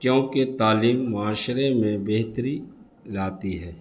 کیونکہ تعلیم معاشرے میں بہتری لاتی ہے